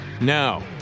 Now